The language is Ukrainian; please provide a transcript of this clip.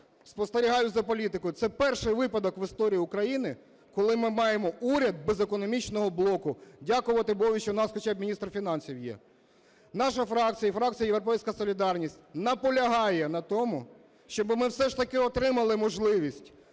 спостерігаю за політикою, це перший випадок в історії України, коли ми маємо уряд без економічного блоку. Дякувати Богові, що у нас хоча б міністр фінансів є. Наша фракція і фракція "Європейська солідарність" наполягає на тому, щоби ми все ж таки отримали можливість